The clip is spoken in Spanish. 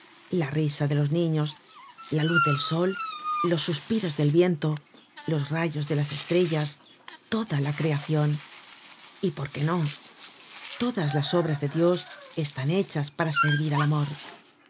la risa de los niños la luz del sol los suspiros del viento los rayos de las estrellas toda la creacion y por qué no todas las obras de dios están hechas para servir al amor